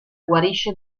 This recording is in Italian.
guarisce